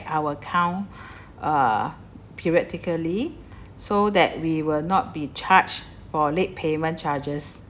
our account uh periodically so that we will not be charged for late payment charges